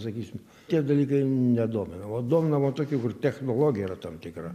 sakysim tie dalykai nedomina va domina man tokie kur technologija yra tam tikra